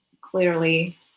clearly